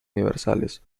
universales